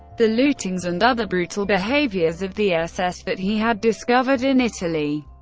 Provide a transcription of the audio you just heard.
the lootings and other brutal behaviours of the ss that he had discovered in italy.